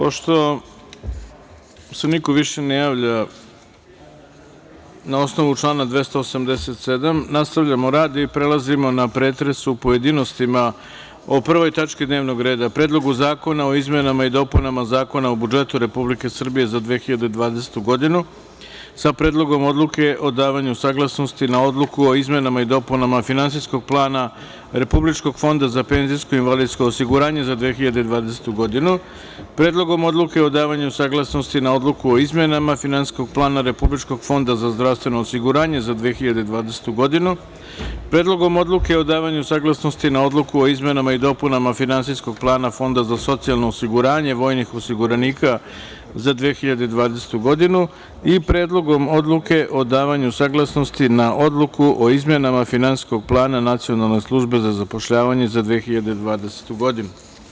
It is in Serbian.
Pošto se više niko ne javlja na osnovu člana 287. nastavljamo rad i prelazimo na pretres u pojedinostima o prvoj tački dnevnog reda – Predlog zakona o izmenama i dopunama Zakona o budžetu Republike Srbije za 2020. godinu, sa Predlogom odluke o davanju saglasnosti na Odluku o izmenama i dopunama Finansijskog plana Republičkog fonda za penzijsko invalidsko osiguranje za 2020. godinu, Predlogom odluke o davanju saglasnosti na Odluku o izmenama Finansijskog plana Republičkog fonda za zdravstveno osiguranje za 2020. godinu, Predlogom odluke o davanju saglasnosti na Odluku o izmenama i dopunama Finansijskog plana Fonda za socijalno osiguranje vojnih osiguranika za 2020. godinu i Predlogom odluke o davanju saglasnosti na Odluku o izmenama Finansijskog plana Nacionalne službe za zapošljavanje za 2020. godinu.